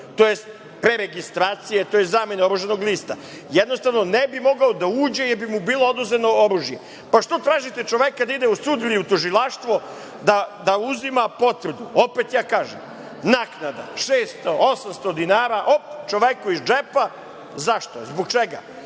jest preregistracije, to jest zamene oružanog lista. Jednostavno, ne bi mogao da uđe, jer bi mu bilo oduzeto oružje. Pa, što tražite od čoveka da ide u sud ili u tužilaštvo, da uzima potvrdu? Opet ja kažem, naknada 600 ili 800 dinara, hop, čoveku iz džepa. Zašto? Zbog čega?